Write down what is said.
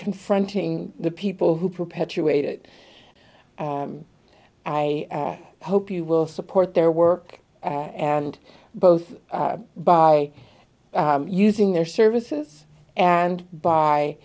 confronting the people who perpetuate it i hope you will support their work and both by using their services and by